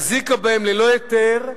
החזיקה בהם ללא היתר,